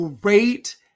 great